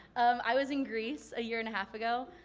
i was in greece a year and a half ago.